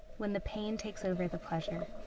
when the pain takes over the pleasure.